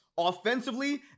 Offensively